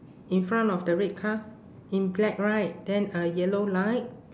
in front of the red car in black right then a yellow light